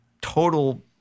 total